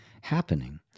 happening